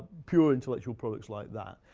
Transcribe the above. pure intellectual products like that.